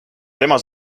tema